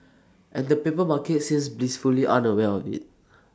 and the paper market seems blissfully unaware of IT